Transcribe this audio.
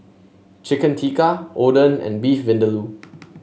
Chicken Tikka Oden and Beef Vindaloo